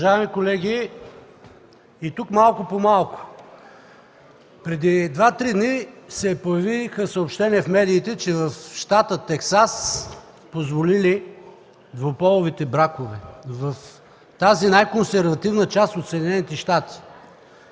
Уважаеми колеги, и тук малко по малко! Преди два-три дни се появиха съобщения в медиите, че в щата Тексас позволили двуполовите бракове – в тази най-консервативна част на Съединените щати,